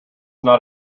not